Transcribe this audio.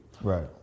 Right